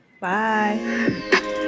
Bye